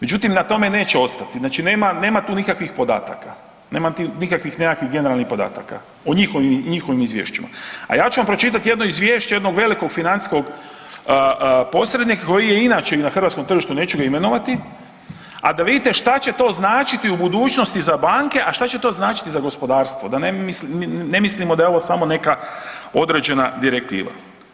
Međutim, na tome neće ostati, nema tu nikakvih podataka, nema nikakvih nekakvih generalnih podataka u njihovim izvješćima, a ja ću vam pročitati jedno izvješće jednog velikog financijskog posrednika koji je inače i na hrvatskom tržištu, neću ga imenovati, a da vidite šta će to značiti u budućnosti za banke, a šta će to značiti za gospodarstvo, da ne mislimo da je ovo samo neka određena direktiva.